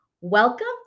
Welcome